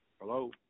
Hello